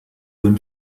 than